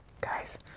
Guys